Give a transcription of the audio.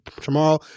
tomorrow